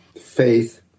faith